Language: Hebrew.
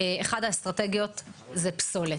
אחת האסטרטגיות היא פסולת.